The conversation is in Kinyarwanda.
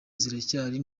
ziracyari